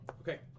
Okay